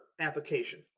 application